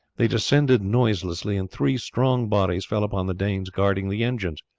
they descended noiselessly, and three strong bodies fell upon the danes guarding the engines.